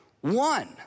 one